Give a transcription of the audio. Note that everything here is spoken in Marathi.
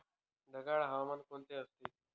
ढगाळ हवामान कोणते असते?